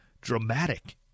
dramatic